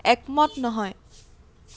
একমত নহয়